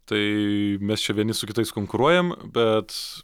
tai mes čia vieni su kitais konkuruojam bet